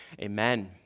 Amen